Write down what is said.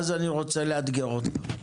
רז, אני רוצה לאתגר אותך.